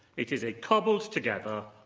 it is a cobbled together,